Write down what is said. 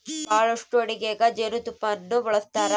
ಬಹಳಷ್ಟು ಅಡಿಗೆಗ ಜೇನುತುಪ್ಪನ್ನ ಬಳಸ್ತಾರ